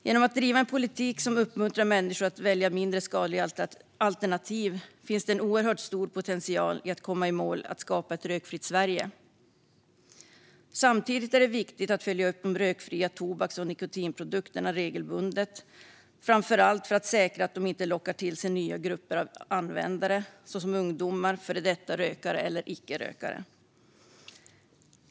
I drivandet av en politik som uppmuntrar människor att välja mindre skadliga alternativ finns en oerhört stor potential att komma i mål med att skapa ett rökfritt Sverige. Samtidigt är det viktigt att följa upp de rökfria tobaks och nikotinprodukterna regelbundet, framför allt för att säkra att de inte lockar till sig nya grupper användare såsom ungdomar, före detta rökare eller icke-rökare.